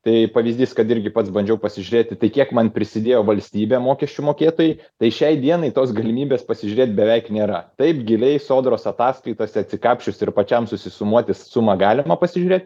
tai pavyzdys kad irgi pats bandžiau pasižiūrėti tai kiek man prisidėjo valstybė mokesčių mokėtojai tai šiai dienai tos galimybės pasižiūrėti beveik nėra taip giliai sodros ataskaitose atsikapsčius ir pačiam susisumuoti sumą galima pasižiūrėti